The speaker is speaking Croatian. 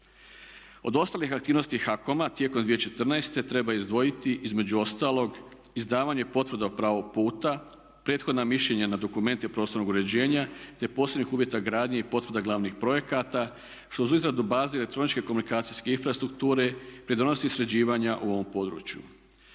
Od ostalih aktivnosti HAKOM-a tijekom 2014. treba izdvojiti između ostalog izdavanje potvrda pravog puta, prethodna mišljenja na dokumente prostornog uređenja te posebnih uvjeta gradnje i potvrda glavnih projekata što za izradu baze i elektroničke komunikacijske infrastrukture pridonosi sređivanja u ovom području.